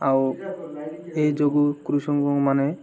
ଆଉ ଏ ଯୋଗୁ କୃଷକ ମାନେ